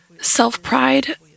self-pride